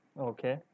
Okay